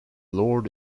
lord